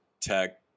tech